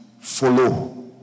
follow